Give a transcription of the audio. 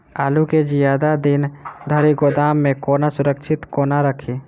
आलु केँ जियादा दिन धरि गोदाम मे कोना सुरक्षित कोना राखि?